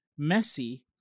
Messi